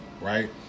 right